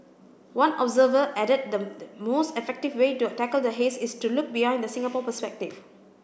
one observer added the most effective way to tackle the haze is to look beyond the Singapore perspective